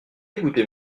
écoutez